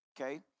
Okay